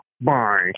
Bye